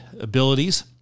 abilities